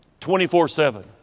24-7